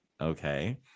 okay